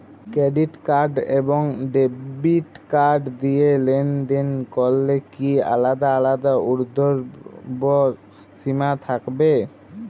Credit card এবং debit card দিয়ে লেনদেন করলে কি আলাদা আলাদা ঊর্ধ্বসীমা থাকবে?